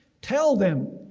tell them,